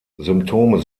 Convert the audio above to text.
symptome